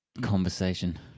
conversation